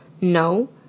no